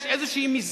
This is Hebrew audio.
יש איזו מסגרת,